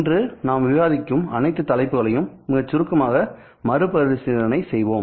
இன்று நாம் விவாதிக்கும் அனைத்து தலைப்புகளையும் மிக சுருக்கமாக மறுபரிசீலனை செய்வோம்